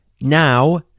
Now